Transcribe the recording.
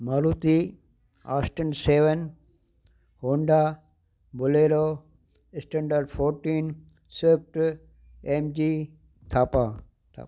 Maruti Austin seven Honda Bolero Standard fourteen Swift M G Thapa